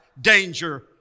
danger